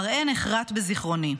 המראה נחרט בזיכרוני.